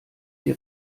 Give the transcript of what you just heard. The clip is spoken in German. sie